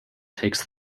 takes